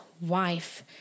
wife